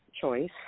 choice